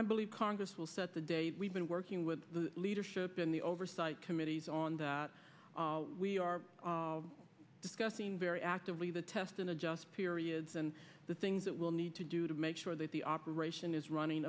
i believe congress will set the date we've been working with the leadership in the oversight committees on that we are discussing very actively the test and adjust periods and the things that we'll need to do to make sure that the operation is running